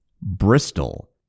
Bristol